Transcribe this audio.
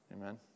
Amen